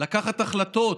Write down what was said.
לקבל החלטות,